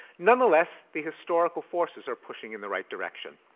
nonetheless, the historical forces are pushing in the right direction.